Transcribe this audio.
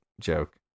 joke